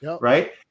right